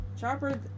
Chopper